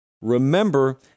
remember